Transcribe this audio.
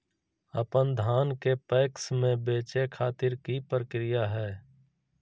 अपन धान के पैक्स मैं बेचे खातिर की प्रक्रिया हय?